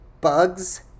bugs